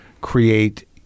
create